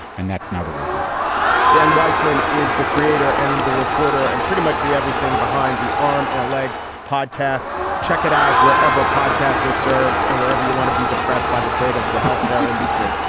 and that's now the world we live in dan weisman is the creator and the reporter and pretty much the everything behind the arm and a leg podcast check it out. wherever podcasts are, serve and wherever you want to be depressed by the state of the health care industry.